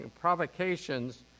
provocations